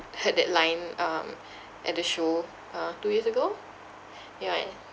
heard that line um at the show uh two years ago yeah